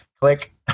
click